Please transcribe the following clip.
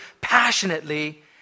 passionately